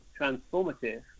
transformative